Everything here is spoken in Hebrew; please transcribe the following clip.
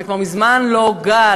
זה כבר מזמן לא גל,